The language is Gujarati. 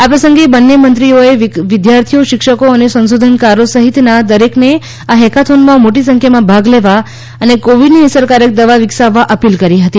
આ પ્રસંગે બંને મંત્રીઓએ વિદ્યાર્થીઓ શિક્ષકો અને સંશોધનકારો સહિતના દરેકને આ હેકાથોનમાં મોટી સંખ્યામાં ભાગ લેવા અને કોવિડની અસરકારક દવા વિકસાવવા અપીલ કરી હતી